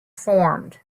formed